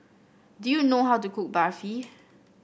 do you know how to cook Barfi